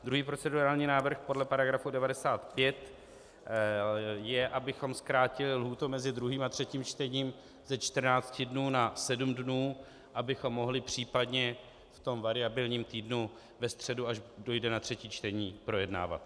Druhý procedurální návrh podle § 95 je, abychom zkrátili lhůtu mezi druhým a třetím čtením ze 14 dnů na 7 dnů, abychom mohli případně ve variabilním týdnu ve středu, až dojde na třetí čtení, projednávat.